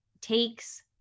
takes